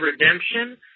Redemption